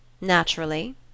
Naturally